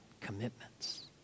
commitments